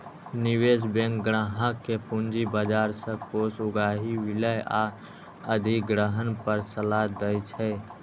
निवेश बैंक ग्राहक कें पूंजी बाजार सं कोष उगाही, विलय आ अधिग्रहण पर सलाह दै छै